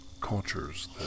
cultures